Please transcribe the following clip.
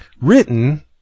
written